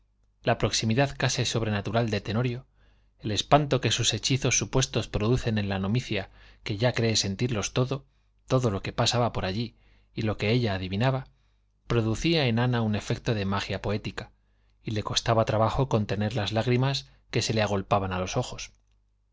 la proximidad casi sobrenatural de tenorio el espanto que sus hechizos supuestos producen en la novicia que ya cree sentirlos todo todo lo que pasaba allí y lo que ella adivinaba producía en ana un efecto de magia poética y le costaba trabajo contener las lágrimas que se le agolpaban a los ojos